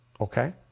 Okay